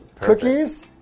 cookies